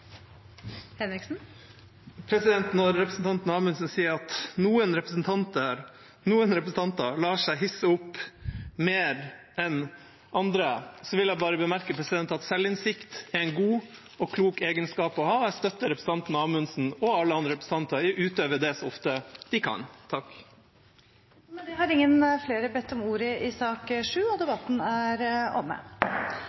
Når representanten Amundsen sier at noen representanter lar seg hisse opp mer enn andre, vil jeg bare bemerke at selvinnsikt er en god og klok egenskap å ha, og jeg støtter representanten Amundsen og alle andre representanter i å utøve det så ofte de kan. Flere har ikke bedt om ordet til sak nr. 7. Etter ønske fra justiskomiteen vil presidenten ordne debatten slik: 5 minutter til hver partigruppe og